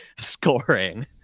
scoring